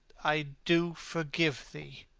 i do forgive thee.